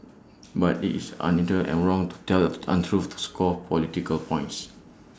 but IT is and wrong to tell untruths to score political points